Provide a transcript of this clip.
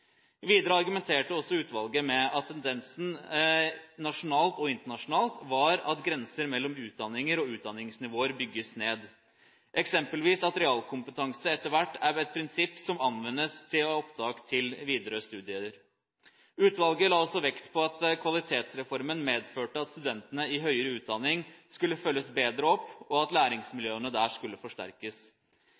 Videre argumenterte også utvalget med at tendensen, nasjonalt og internasjonalt, var at grenser mellom utdanninger og utdanningsnivåer bygges ned – eksempelvis at realkompetanse etter hvert er blitt et prinsipp som anvendes for opptak til videre studier. Utvalget la også vekt på at Kvalitetsreformen medførte at studentene i høyere utdanning skulle følges bedre opp, og at læringsmiljøene der skulle forsterkes.